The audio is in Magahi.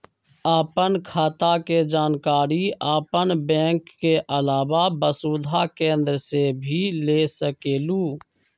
आपन खाता के जानकारी आपन बैंक के आलावा वसुधा केन्द्र से भी ले सकेलु?